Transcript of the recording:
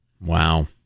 Wow